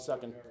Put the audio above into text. Second